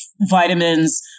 vitamins